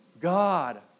God